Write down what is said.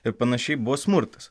ir panašiai buvo smurtas